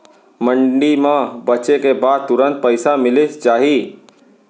मंडी म बेचे के बाद तुरंत पइसा मिलिस जाही?